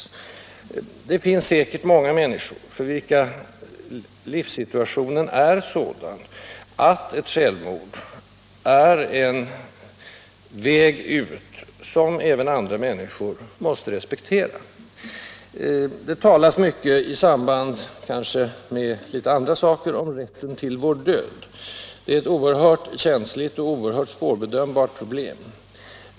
Säkert finns det många människor för vilka livssituationen är sådan att ett självmord är den enda vägen ut, en väg som också andra människor måste respektera. I andra sammanhang talas det mycket om ”rätten till vår död”, och det är ett oerhört känsligt och svårbedömbart problem.